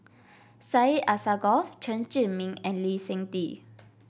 Syed Alsagoff Chen Zhiming and Lee Seng Tee